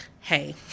hey